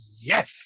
yes